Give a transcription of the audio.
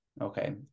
okay